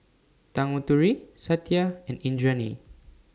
Tanguturi Satya and Indranee